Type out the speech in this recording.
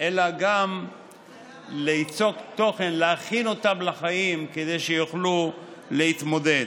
אלא גם ליצוק תוכן ולהכין אותם לחיים כדי שיוכלו להתמודד.